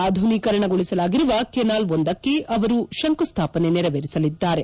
ಆಧುನೀಕರಣಗೊಳಿಸಲಾಗಿರುವ ಕೆನಾಲ್ವೊಂದಕ್ಕೆ ಅವರು ಶಂಕುಸ್ಥಾಪನೆ ನೆರವೇರಿಸಲಿದ್ದಾರೆ